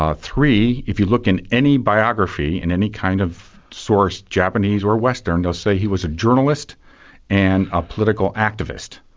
ah three, if you look in any biography in any kind of source, japanese or western, they'll say he was a journalist and a political activist.